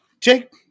Jake